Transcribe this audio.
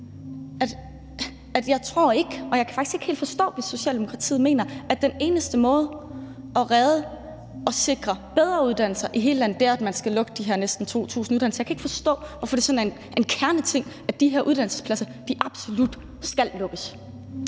jeg tror ikke – og jeg kan faktisk ikke helt forstå, hvis Socialdemokratiet mener det – at den eneste måde at redde og sikre bedre uddannelser i hele landet på er, at man skal lukke de her næsten 2.000 uddannelsespladser. Jeg kan ikke forstå, hvorfor det sådan er en kerneting, at de her uddannelsespladser absolut skal lukkes.